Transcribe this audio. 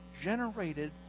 generated